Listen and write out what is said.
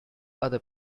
other